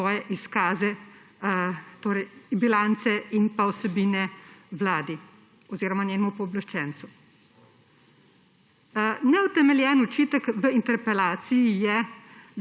svoje izkaze, torej bilance in vsebine Vladi oziroma njenemu pooblaščencu. Neutemeljen očitek v interpelaciji je,